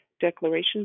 declaration